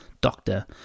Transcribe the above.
Doctor